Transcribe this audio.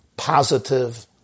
positive